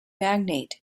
magnate